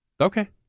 Okay